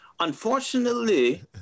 Unfortunately